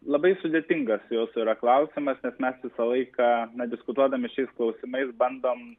labai sudėtingas jūsų yra klausimas bet mes visą laiką na diskutuodami šiais klausimais bandom